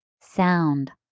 sound